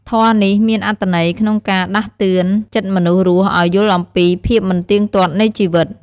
ធម៌នេះមានអត្ថន័យក្នុងការដាស់តឿនចិត្តមនុស្សរស់ឱ្យយល់អំពីភាពមិនទៀងទាត់នៃជីវិត។